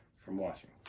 from washing.